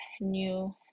new